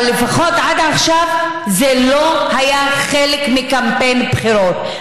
אבל לפחות עד עכשיו זה לא היה חלק מקמפיין הבחירות.